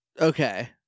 Okay